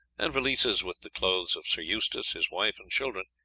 and valises with the clothes of sir eustace, his wife, and children,